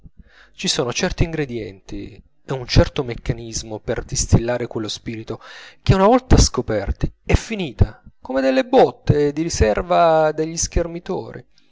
ci son certi ingredienti e un certo meccanismo per distillare quello spirito che una volta scoperti è finita come delle botte di riserva degli schermitori